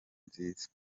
nziza